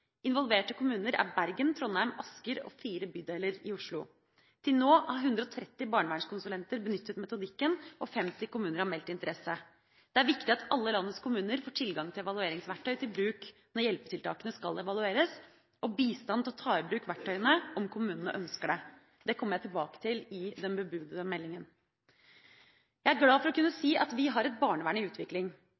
Involverte kommuner er Bergen, Trondheim og Asker og fire bydeler i Oslo. Til nå har 130 barnevernkonsulenter benyttet metodikken, og 50 kommuner har meldt interesse. Det er viktig at alle landets kommuner får tilgang til evalueringsverktøy til bruk når hjelpetiltakene skal evalueres, og bistand til å ta i bruk verktøyene om kommunene ønsker det. Dette kommer jeg tilbake til i den bebudede meldinga. Jeg er glad for å kunne si at vi har et barnevern i utvikling.